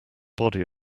body